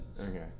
Okay